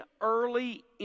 early